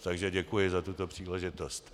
Takže děkuji za tuto příležitost.